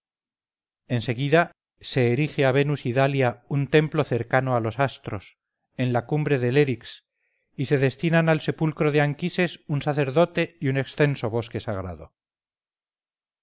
seguida se erige a venus idalia un templo cercano a los astros en la cumbre del erix y se destinan al sepulcro de anquises un sacerdote y un extenso bosque sagrado